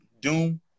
doom